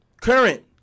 current